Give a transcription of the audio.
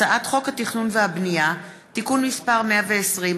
הצעת חוק התכנון והבנייה (תיקון מס' 120),